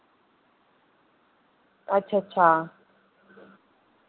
अच्छ अच्छा